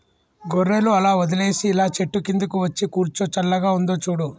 గొర్రెలు అలా వదిలేసి ఇలా చెట్టు కిందకు వచ్చి కూర్చో చల్లగా ఉందో చూడు